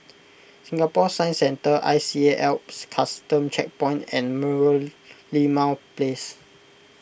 Singapore Science Centre I C A Alps Custom Checkpoint and Merlimau Place